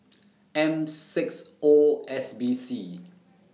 M six O S B C